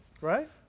Right